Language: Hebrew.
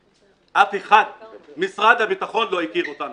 אף אחד לא הכיר אותנו.